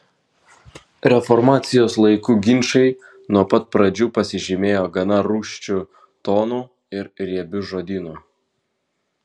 reformacijos laikų ginčai nuo pat pradžių pasižymėjo gana rūsčiu tonu ir riebiu žodynu